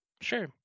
Sure